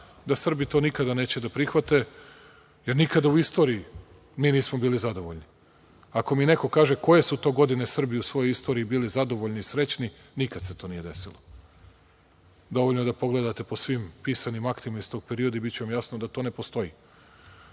da Srbi to nikada neće da prihvate, jer nikada u istoriji mi nismo bili zadovoljni. Ako mi neko kaže koje su to godine Srbi u svojoj istoriji bili zadovoljni i srećni, nikad se to nije desilo. Dovoljno je da pogledate po svim pisanim aktima iz tog perioda i biće vam jasno da to ne postoji. Neće